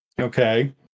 Okay